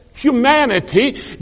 Humanity